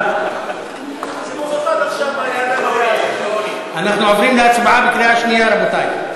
אנחנו עוברים להצבעה בקריאה השנייה, רבותי.